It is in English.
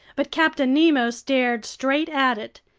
but captain nemo stared straight at it,